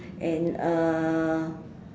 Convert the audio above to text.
and uh